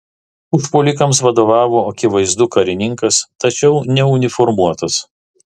užpuolikams vadovavo akivaizdu karininkas tačiau neuniformuotas